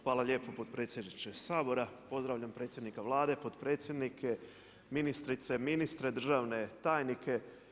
Hvala lijepo potpredsjedniče Sabora, pozdravljam predsjednika Vlade, potpredsjednike, ministrice, ministre, državne tajnike.